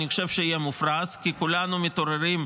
אני חושב שיהיה מופרז כי כולנו מתעוררים,